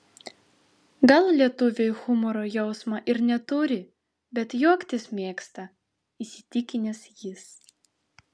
gal lietuviai humoro jausmo ir neturi bet juoktis mėgsta įsitikinęs jis